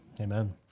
amen